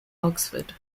oxford